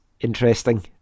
interesting